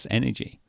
energy